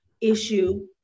issue